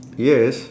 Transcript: yes